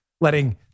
letting